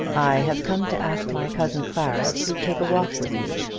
i have come to ask my cousin clara to take a walk with me,